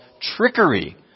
trickery